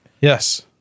Yes